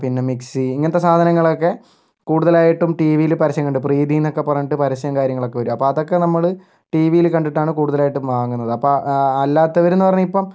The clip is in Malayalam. പിന്നെ മിക്സി ഇങ്ങനത്തെ സാധനങ്ങളൊക്കെ കൂടുതലായിട്ടും ടിവിയില് പരസ്യം കണ്ട് പ്രീതിന്നൊക്കെ പറഞ്ഞിട്ട് പരസ്യം കാര്യങ്ങളൊക്കെ വരും അപ്പോ അതൊക്കെ നമ്മള് ടിവിയില് കണ്ടിട്ടാണ് കൂടുതലായിട്ടും വാങ്ങുന്നത് അപ്പം അല്ലാത്തവരെന്നു പറഞ്ഞാൽ ഇപ്പം